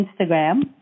Instagram